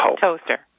Toaster